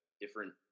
different